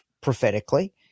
prophetically